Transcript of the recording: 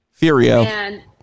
Furio